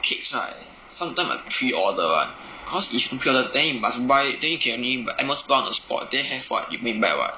cakes right sometime must preorder [one] cause if don't preorder then you must buy then you can only at most buy on the spot then have what you must buy what